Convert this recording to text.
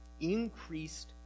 increased